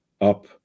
up